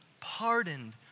pardoned